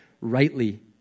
rightly